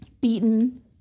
beaten